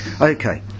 Okay